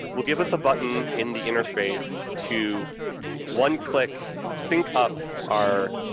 will give us a button in the interface to one-click sync up our,